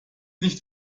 nicht